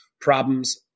problems